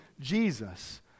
Jesus